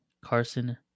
Carson